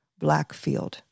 Blackfield